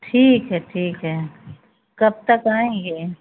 ठीक है ठीक है कब तक आएंगे